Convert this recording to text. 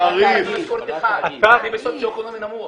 האזרח יש לו סוציו אקונומי נמוך.